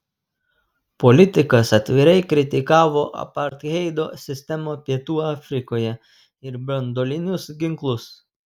politikas atvirai kritikavo apartheido sistemą pietų afrikoje ir branduolinius ginklus